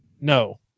no